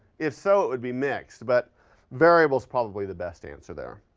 if so, it would be mixed, but variable's probably the best answer there,